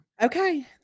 okay